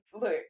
look